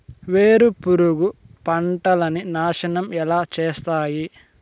వేరుపురుగు పంటలని నాశనం ఎలా చేస్తాయి?